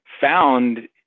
found